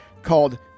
called